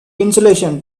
insulation